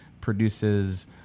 produces